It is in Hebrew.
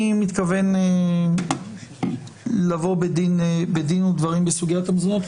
אני מתכוון לבוא בדין ודברים בסוגיית המזונות,